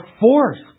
forced